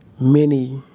many